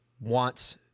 wants